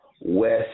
west